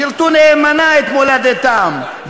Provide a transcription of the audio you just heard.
שירתו נאמנה את מולדתם,